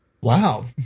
Wow